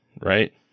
right